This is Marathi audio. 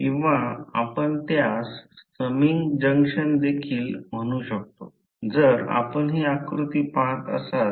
तर हे प्रत्यक्षात आहे जर यामध्ये पाहिले तर या फ्लक्स लाईनला काँसेंट्रिक आणि युनिफॉर्म म्हणतात